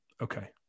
Okay